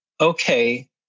okay